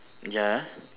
ya